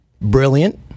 Brilliant